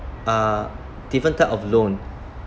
uh different type of loan